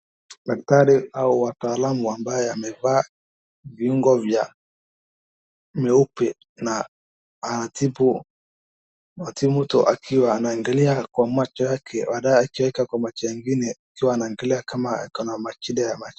Daktari au wataalamu ambye amevaa viungo vya nyeupe na anatibu mtu akiwa anaangalia kwa macho yake baadae akieka kwa macho ingine akiwa anaangalia kama ako na shida ya macho.